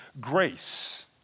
grace